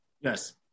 Yes